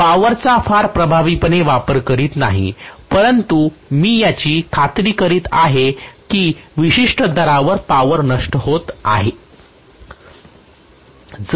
मी पॉवरचा फार प्रभावीपणे वापर करत नाही परंतु मी याची खात्री करीत आहे की विशिष्ट दरावर पावर नष्ट होत आहे